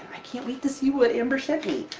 i can't wait to see what amber sent me!